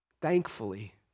thankfully